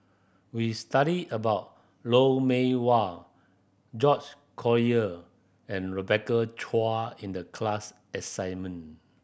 we studied about Lou Mee Wah George Collyer and Rebecca Chua in the class assignment